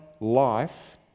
life